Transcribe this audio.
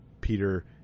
Peter